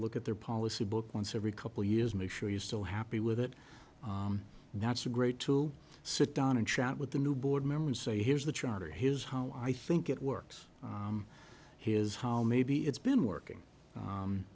look at their policy book once every couple years make sure you're still happy with it not so great to sit down and chat with the new board member and say here's the charter his home i think it works his home maybe it's been working